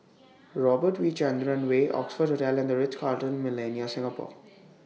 Robert V Chandran Way Oxford Hotel and The Ritz Carlton Millenia Singapore